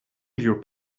your